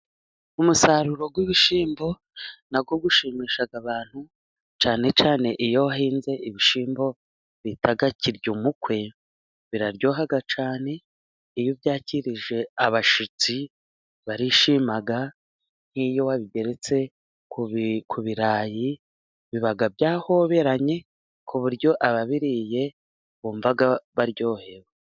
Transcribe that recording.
Umusaruro w'ibishyimbo na wo ushimisha abantu ,cyane cyane iyo wahinze ibishyimbo bita Kiryumukwe. Biraryoha cyane .Iyo ubyakirije abashitsi barishima. Nk'iyo wabigeretse ku birayi ,biba byahoberanye ku buryo ababiririye bumva baryohewe.